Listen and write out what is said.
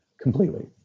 completely